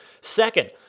Second